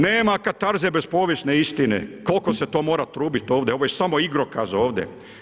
Nema katarze bez povijesne istine, koliko se to mora trubiti, ovdje ovo je samo igrokaz ovdje.